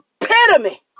epitome